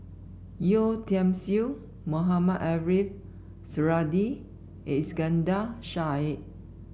Yeo Tiam Siew Mohamed Ariff Suradi Iskandar Shah